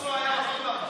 באוסלו היה אותו דבר.